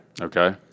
Okay